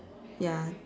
ya